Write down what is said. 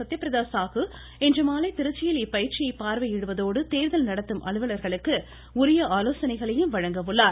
சத்யபிரதா சாகு இன்று மாலை திருச்சியில் இப்பயிற்சியை பார்வையிடுவதோடு தேர்தல் நடத்தும் அலுவலர்களுக்கு உரிய ஆலோசனைகளையும் வழங்க உள்ளார்